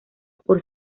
por